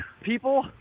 people